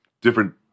different